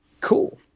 Cool